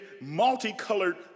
multicolored